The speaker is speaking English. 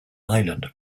island